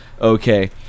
Okay